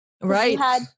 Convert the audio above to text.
Right